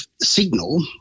signal